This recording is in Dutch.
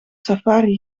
safari